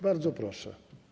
Bardzo proszę.